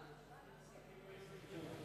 שכנעת אותם.